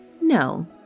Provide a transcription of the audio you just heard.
No